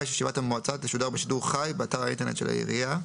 ישיבת המועצה תשודר בשידור חי באתר האינטרנט של העירייה.